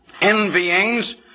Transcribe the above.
envyings